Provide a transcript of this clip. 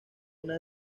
una